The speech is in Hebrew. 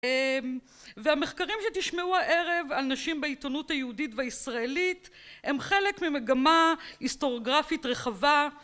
והמחקרים שתשמעו הערב על נשים בעיתונות היהודית והישראלית הם חלק ממגמה היסטוריוגרפית רחבה